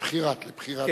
לבחירת, לבחירת.